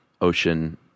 ocean